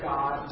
God